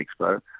Expo